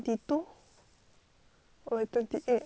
or like twenty eight